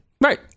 Right